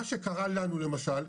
מה שקרה לנו למשל,